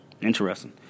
Interesting